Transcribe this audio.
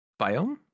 biome